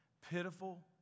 pitiful